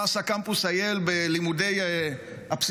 מה עשה קמפוס IL בלימודי הפסיכומטרי?